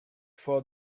for